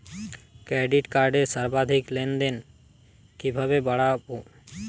Credit কার্ডের সর্বাধিক লেনদেন কিভাবে বাড়াবো?